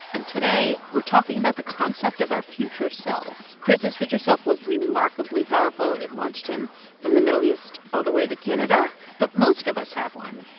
and today we're talking about the concept of our future selves chris' future self was remarkably powerful. it launched him from the middle east all the way to canada but most of us have one,